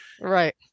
Right